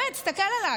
באמת, תסתכל עליי.